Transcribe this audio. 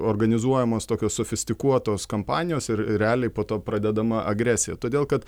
organizuojamos tokios sofistikuotos kampanijos ir realiai po to pradedama agresija todėl kad